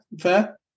Fair